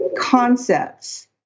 concepts